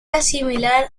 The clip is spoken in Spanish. asimilar